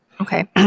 Okay